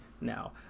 now